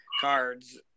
cards